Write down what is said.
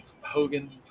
Hogan